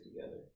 together